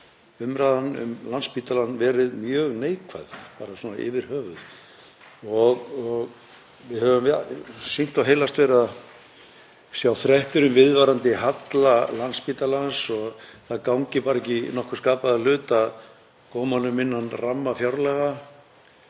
umræðan um Landspítalann verið mjög neikvæð bara svona yfir höfuð. Við sjáum sýknt og heilagt fréttir um viðvarandi halla Landspítalans og það gangi bara ekki nokkurn skapaðan hlut að koma honum innan ramma fjárlaga